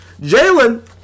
Jalen